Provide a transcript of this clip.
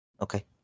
Okay